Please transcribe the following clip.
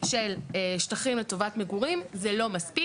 היה כוללת, לא כוללנית.